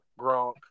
Gronk